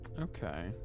Okay